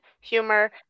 humor